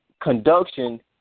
conduction